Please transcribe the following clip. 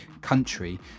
country